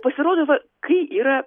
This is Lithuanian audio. pasirodo va kai yra